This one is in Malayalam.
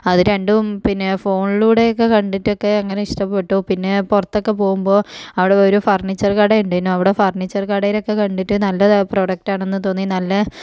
അത് രണ്ടും പിന്നെ ഫോണിലൂടെയൊക്കെ കണ്ടിട്ടൊക്കെ അങ്ങനെ ഇഷ്ടപ്പെട്ടു പിന്നെ പുറത്തൊക്കെ പോകുമ്പോൾ അവിടെ ഒരു ഫർണിച്ചർ കട ഇണ്ടേനു അവിടെ ഫർണീച്ചർ കടയിലൊക്കെ കണ്ടിട്ട് നല്ല പ്രോഡക്റ്റാണെന്ന് തോന്നി നല്ല